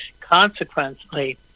Consequently